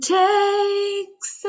takes